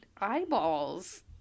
eyeballs